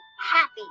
happy